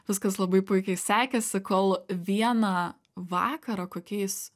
viskas labai puikiai sekėsi kol vieną vakarą kokiais